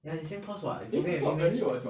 ya they same class what you forget already meh